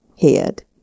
head